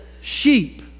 sheep